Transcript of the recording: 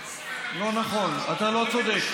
לא נכון, אתה לא צודק.